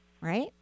right